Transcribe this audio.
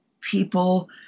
people